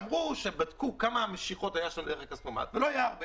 אמרו שבדקו כמה משיכות היו בו ומצאו שלא היו הרבה.